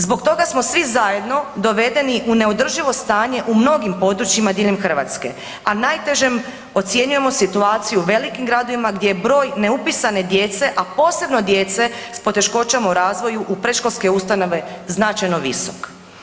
Zbog toga smo svi zajedno dovedeni u neodrživo stanje u mnogim područjima diljem Hrvatske, a najtežom ocjenjujemo situaciju u velikim gradovima gdje je broj neupisane djece, a posebno djece s poteškoćama u razvoju u predškolske ustanove značajno visok.